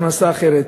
הכנסה אחרת.